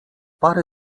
pary